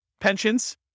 pensions